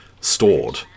stored